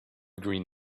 green